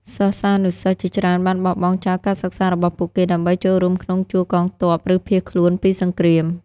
សិស្សានុសិស្សជាច្រើនបានបោះបង់ចោលការសិក្សារបស់ពួកគេដើម្បីចូលរួមក្នុងជួរកងទ័ព ឬភៀសខ្លួនពីសង្គ្រាម។